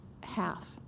half